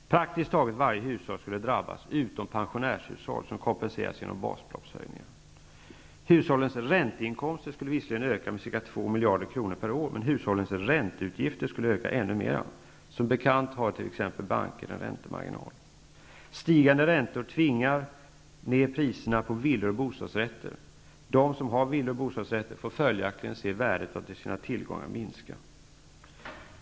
Praktiskt taget varje hushåll skulle drabbas, utom pensionärshushåll, som kompenseras genom basbeloppshöjningar. Hushållens ränteinkomster skulle visserligen öka med ca 2 miljarder kronor per år, men hushållens ränteutgifter skulle öka ännu mera -- som bekant har t.ex. banker en räntemarginal. Stigande räntor tvingar ner priserna på villor och bostadsrätter. De som har villor och bostadsrätter får följaktligen se sina tillgångar minska i värde.